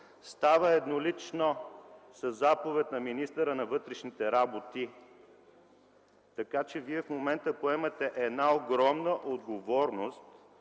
става еднолично със заповед на министъра на вътрешните работи. Така че Вие в момента поемате една огромна отговорност